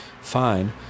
Fine